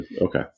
okay